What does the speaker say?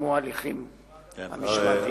שיסתיימו ההליכים המשמעתיים.